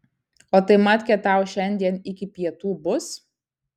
o tai matkė tau šiandien iki pietų bus